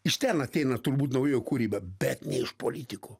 iš ten ateina turbūt nauja kūryba bet ne iš politikų